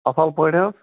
اَصٕل پٲٹھۍ حظ